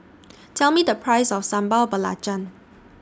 Tell Me The Price of Sambal Belacan